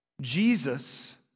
Jesus